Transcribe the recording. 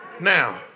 Now